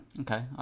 okay